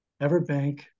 Everbank